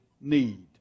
need